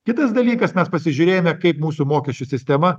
kitas dalykas mes pasižiūrėjome kaip mūsų mokesčių sistema